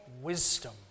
wisdom